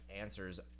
answers